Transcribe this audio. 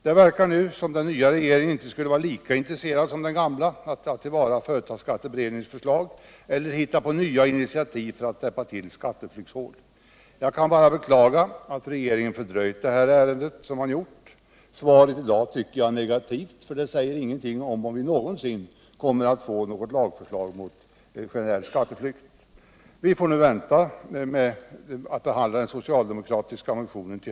Det verkar nu som om den nya regeringen inte skulle vara lika intresserad som den gamla av att ta till vara företagsskatteberedningens förslag eller hitta på nya initiativ för att täppa till skatteflyktshål. Jag kan bara beklaga att regeringen har fördröjt detta ärende. Svaret i dag tycker jag är negativt, för det säger inget om huruvida vi någonsin kommer att få ett lagförslag mot generell skatteflykt. Vi får nu vänta till hösten med att behandla den socialdemokratiska motionen.